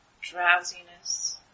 Drowsiness